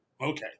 Okay